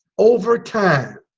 over time.